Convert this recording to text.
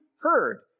heard